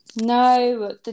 no